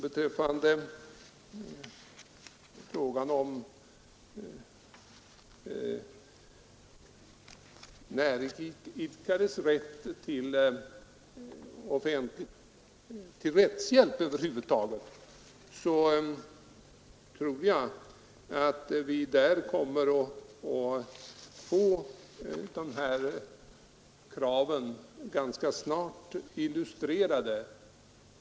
Beträffande frågan om näringsidkares rätt till rättshjälp över huvud taget tror jag att vi ganska snart kommer att få kraven illustrerade.